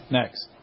next